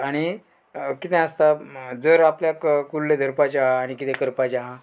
आणी कितें आसता जर आपल्याक कुल्ले धरपाचे आहा आणी कितें करपाचें आहा